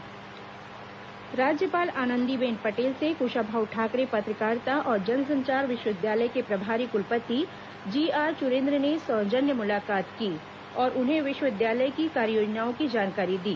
राज्यपाल भेंट राज्यपाल आनंदीबेन पटेल से कुशाभाऊ ठाकरे पत्रकारिता और जनसंचार विश्वविद्यालय के प्रभारी कुलपति जीआर चुरेन्द्र ने सौजन्य मुलाकात की और उन्हें विश्वविद्यालय की कार्ययोजना की जानकारी दी